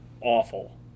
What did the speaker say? awful